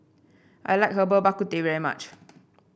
I like Herbal Bak Ku Teh very much